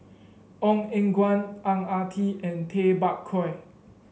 Ong Eng Guan Ang Ah Tee and Tay Bak Koi